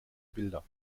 bilder